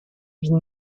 ville